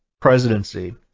presidency